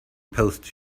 post